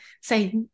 say